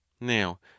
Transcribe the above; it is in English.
now